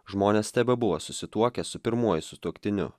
žmonės tebebuvo susituokę su pirmuoju sutuoktiniu